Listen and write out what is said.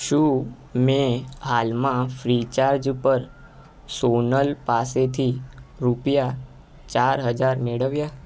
શું મેં હાલમાં ફ્રીચાર્જ ઉપર સોનલ પાસેથી રૂપિયા ચાર હજાર મેળવ્યા